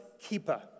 Keeper